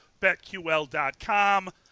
betql.com